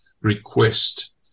request